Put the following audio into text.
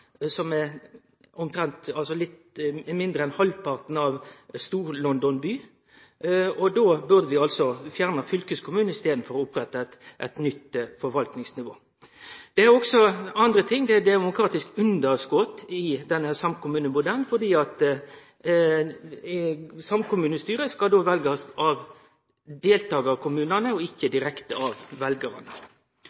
mindre enn halvparten av Stor-London. Då burde vi fjerne fylkeskommunen i staden for å opprette eit nytt forvaltingsnivå. Det er også andre ting: Det er demokratisk underskot i denne samkommunemodellen, fordi samkommunestyret skal veljast av deltakarkommunane og ikkje